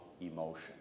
emotion